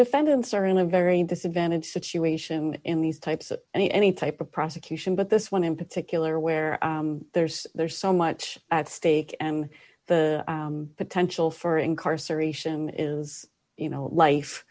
defendants are in a very disadvantaged situation in these types of any type of prosecution but this one in particular where there's there's so much at stake and the potential for incarceration is you know life